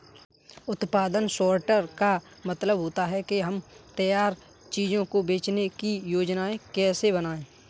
उत्पादन सॉर्टर का मतलब होता है कि हम तैयार चीजों को बेचने की योजनाएं कैसे बनाएं